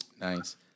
Nice